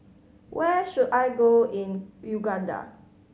where should I go in Uganda